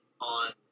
on